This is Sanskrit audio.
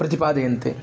प्रतिपादयन्ति